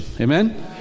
Amen